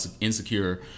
Insecure